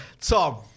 Tom